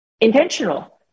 intentional